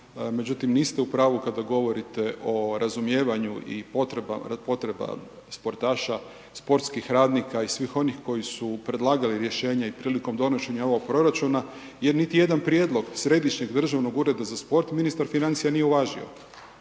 međutim niste u pravu kada govorite o razumijevanju i potreba sportaša, sportskih radnika i svih onih koji su predlagali rješenje prilikom donošenja ovog proračuna jer niti jedan prijedlog Središnjeg državnog ureda za sport ministar financija nije uvažio.